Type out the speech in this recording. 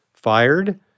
fired